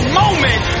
moment